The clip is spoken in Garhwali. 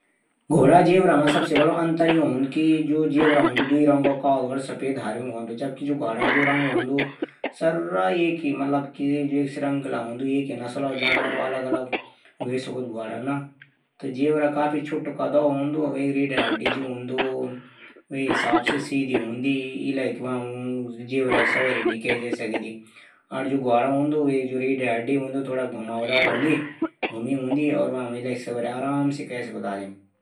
जेबरा और ध्वाडा मा ज्यादा अंतर नी हूंदू। बस जेबरा की पीठ थुडी छुटी हूंदी। जेबरा शरीर पर काला और सफेद धारीदार रेख हूंदा। जबकि धवाडों क बहुत रंग हूदा। जेबरा जंगल मा स्वत्रंत हूंदा जबकि ध्वाडा पालतू वफादार हूंदा। जेबरा घास पत्तियाँ फल खादूं। ध्वाडा अनाज खादूं।